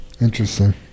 Interesting